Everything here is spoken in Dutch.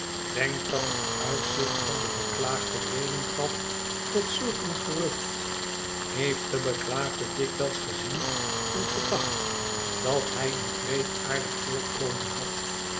denkt dat het uitzicht van den beklaagde reden gaf tot zulk een gerucht heeft den beklaagde dikwijls gezien en gedacht dat hij een wreedaardig voorkomen had